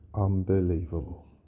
Unbelievable